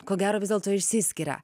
ko gero vis dėlto išsiskiria